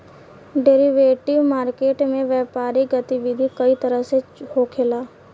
derivative market में व्यापारिक गतिविधि कई तरह से होखेला